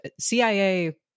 CIA